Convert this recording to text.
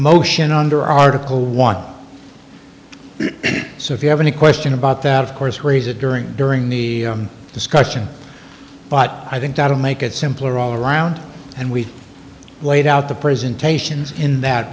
motion under article one so if you have any question about that of course raise it during during the discussion but i think that will make it simpler all around and we laid out the presentations in that